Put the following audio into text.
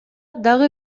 дагы